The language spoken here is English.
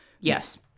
Yes